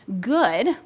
good